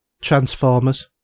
Transformers